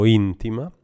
intima